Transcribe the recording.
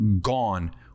gone